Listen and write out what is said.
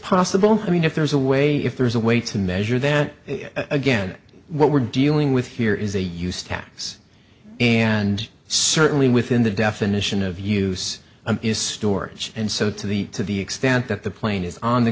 possible i mean if there's a way if there's a way to measure then again what we're dealing with here is a use tax and certainly within the definition of use is storage and so to the to the extent that the plane is on the